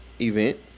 event